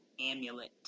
Amulet